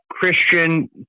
Christian